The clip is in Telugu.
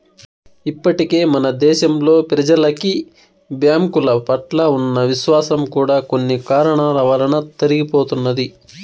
ఇప్పటికే మన దేశంలో ప్రెజలకి బ్యాంకుల పట్ల ఉన్న విశ్వాసం కూడా కొన్ని కారణాల వలన తరిగిపోతున్నది